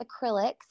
acrylics